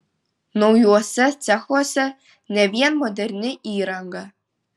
naujuose cechuose ne vien moderni įranga